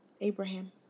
Abraham